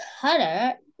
Cutter